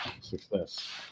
success